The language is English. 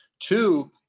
Two